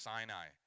Sinai